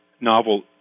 novel